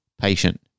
patient